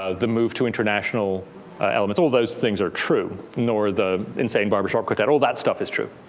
ah the move to international elements. all those things are true. nor the insane barber shop quartet. all that stuff is true.